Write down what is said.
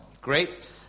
Great